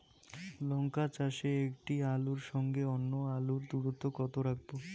লঙ্কা চাষে একটি আলুর সঙ্গে অন্য আলুর দূরত্ব কত রাখবো?